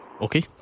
Okay